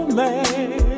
man